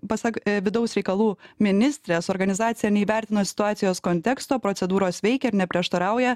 pasak vidaus reikalų ministrės organizacija neįvertino situacijos konteksto procedūros veikia ir neprieštarauja